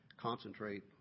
concentrate